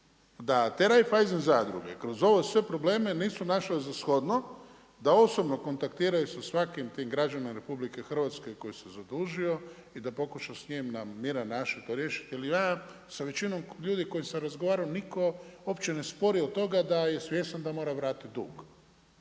da te Raiffeisen zadruge kroz ove sve probleme nisu našle za shodno da osobno kontaktiraju sa svakim tim građaninom RH koji se zadužio i da pokuša s njim na miran način to riješiti jel ja sa većinom ljudi s kojima sam razgovarao nitko uopće ne spori od toga da je svjestan da mora vratiti dug.